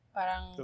Parang